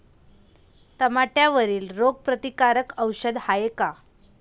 टमाट्यावरील रोग प्रतीकारक औषध हाये का?